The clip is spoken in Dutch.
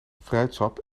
fruitsap